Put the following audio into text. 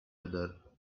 other